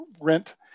rent